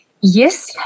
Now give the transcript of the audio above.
Yes